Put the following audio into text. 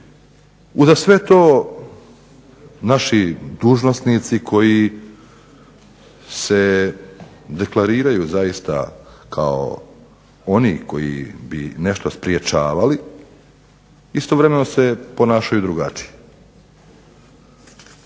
Uza sve to naši dužnosnici koji se deklariraju zaista kao oni koji bi nešto sprječavali istovremeno se ponašaju drugačije.